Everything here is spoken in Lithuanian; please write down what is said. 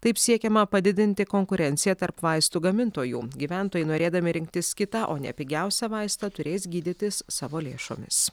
taip siekiama padidinti konkurenciją tarp vaistų gamintojų gyventojai norėdami rinktis kitą o ne pigiausią vaistą turės gydytis savo lėšomis